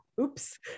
oops